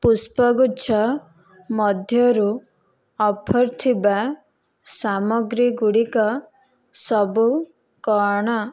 ପୁଷ୍ପଗୁଚ୍ଛ ମଧ୍ୟରୁ ଅଫର୍ ଥିବା ସାମଗ୍ରୀଗୁଡ଼ିକ ସବୁ କ'ଣ